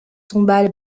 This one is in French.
tombales